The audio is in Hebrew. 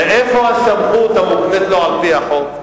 ואיפה הסמכות המוקנית לו על-פי החוק?